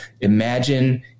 Imagine